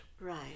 right